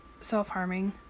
self-harming